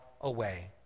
away